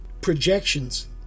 projections